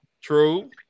True